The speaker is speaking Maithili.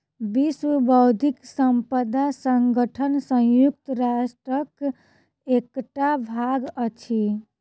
विश्व बौद्धिक संपदा संगठन संयुक्त राष्ट्रक एकटा भाग अछि